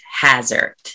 hazard